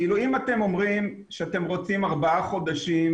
אם אתם אומרים שאתם רוצים ארבעה חודשים